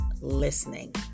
listening